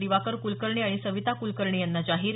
दिवाकर कुलकर्णी आणि सविता कुलकर्णी यांना जाहीर